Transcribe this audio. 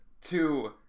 Two